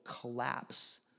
collapse